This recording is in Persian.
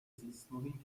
زیستمحیطی